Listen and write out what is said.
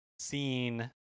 Seen